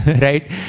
right